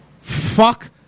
fuck